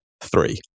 Three